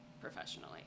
professionally